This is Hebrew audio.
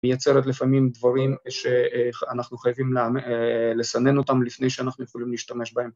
מייצרת לפעמים דברים שאנחנו חייבים לסנן אותם לפני שאנחנו יכולים להשתמש בהם.